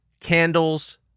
candles